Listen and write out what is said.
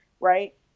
Right